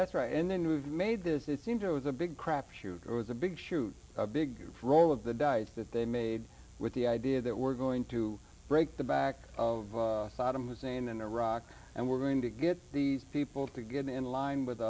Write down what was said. that's right and then we've made this it seem to the big crapshoot or the big shoot a big roll of the died that they made with the idea that we're going to break the back of saddam hussein and iraq and we're going to get these people to get in line with